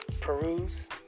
peruse